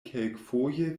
kelkfoje